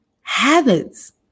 habits